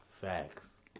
Facts